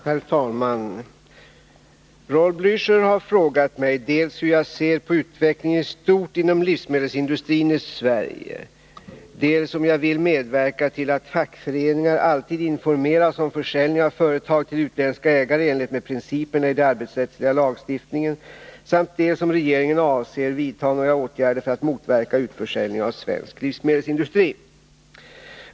Herr talman! Raul Blächer har frågat mig dels hur jag ser på utvecklingen i stort inom livsmedelsindustrin i Sverige, dels om jag vill medverka till att fackföreningar alltid informeras om försö ning av företag till utländska ägare i enlighet med principerna i den arbetsrättsliga lagstiftningen samt dels om regeringen avser vidta några åtgärder för att motverka utförsäljning av svensk livsmedelsindustri.